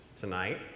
tonight